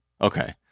Okay